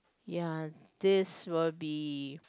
ya this will be